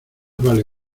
vale